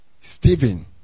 Stephen